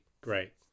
great